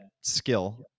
skill